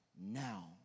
now